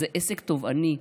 זה עסק תובעני,